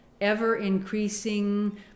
ever-increasing